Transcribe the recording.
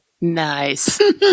Nice